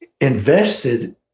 invested